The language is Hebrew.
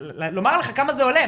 לומר לך בכלל כמה זה עולה,